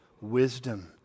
wisdom